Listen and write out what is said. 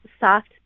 soft